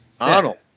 Arnold